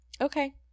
okay